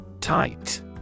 Tight